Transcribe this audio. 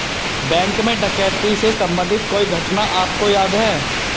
Bank में डकैती से संबंधित कोई घटना आपको याद है?